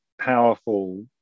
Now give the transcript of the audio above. powerful